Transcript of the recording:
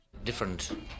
Different